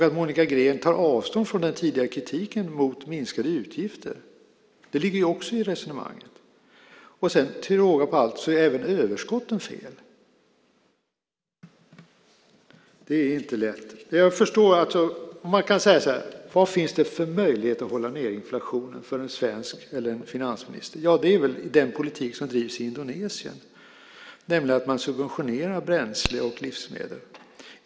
Att Monica Green tar avstånd från den tidigare kritiken mot minskade utgifter ligger också i resonemanget. Till råga på allt är även överskotten fel. Vad finns det för möjlighet att hålla nere inflationen för en finansminister? Det är väl den politik som drivs i Indonesien, nämligen att man subventionerar bränsle och livsmedel.